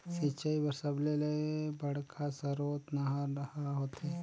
सिंचई बर सबले बड़का सरोत नहर ह होथे